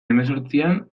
hemezortzian